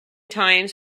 times